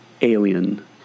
Alien